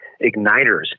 igniters